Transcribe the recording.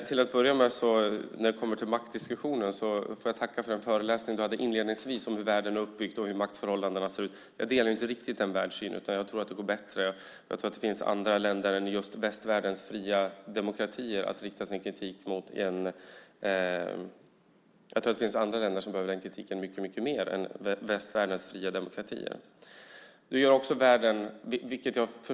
Herr talman! När det kommer till maktdiskussionen får jag tacka för den föreläsning som Kalle Larsson höll inledningsvis om hur världen är uppbyggd och hur maktförhållandena ser ut. Jag delar inte riktigt den världssynen. Det finns andra länder som behöver kritiseras mycket mer än västvärldens fria demokratier.